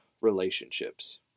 Relationships